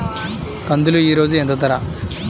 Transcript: కందులు ఈరోజు ఎంత ధర?